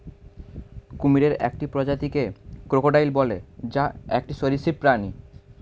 কুমিরের একটি প্রজাতিকে ক্রোকোডাইল বলে, যা একটি সরীসৃপ প্রাণী